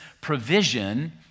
provision